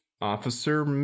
Officer